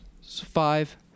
five